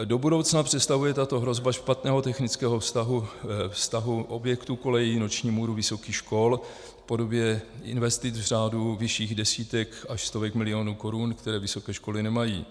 Do budoucna představuje tato hrozba špatného technického stavu objektů kolejí noční můru vysokých škol v podobě investic v řádu vyšších desítek až stovek milionů korun, které vysoké školy nemají.